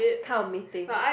come meeting